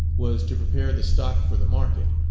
was to prepare the stock for the market,